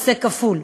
הישג כפול,